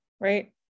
right